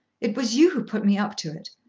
it was you who put me up to it.